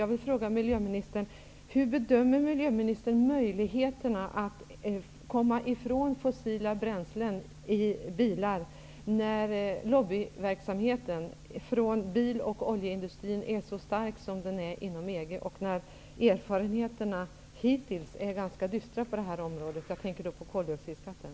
Jag vill fråga miljöministern: Hur bedömer miljöministern möjligheterna att komma ifrån fossila bränslen i bilar, när lobbyverksamheten från bil och oljeindustrin är så stark som den är inom EG och när erfarenheterna hittills är ganska dystra på det här området? Jag tänker då på koldioxidskatten.